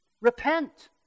Repent